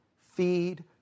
feed